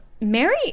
mary